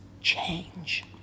change